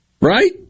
Right